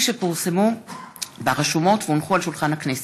שפורסמו ברשומות והונחו על שולחן הכנסת.